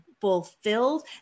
fulfilled